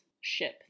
ship